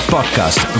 podcast